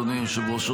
אדוני היושב-ראש,